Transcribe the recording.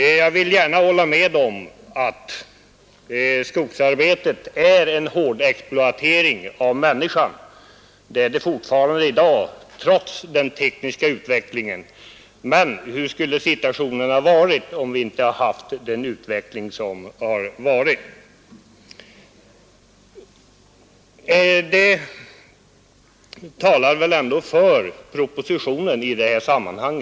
Jag vill gärna hålla med om att skogsarbetet innebär en hårdexploatering av människan. Så är fortfarande förhållandet trots den tekniska utvecklingen. Men hur skulle situationen ha varit, om inte den utvecklingen ägt rum? Detta argument talar väl ändå för propositionen i detta sammanhang.